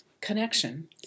connection